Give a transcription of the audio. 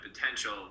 potential